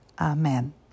Amen